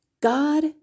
God